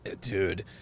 dude